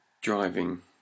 driving